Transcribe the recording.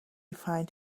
find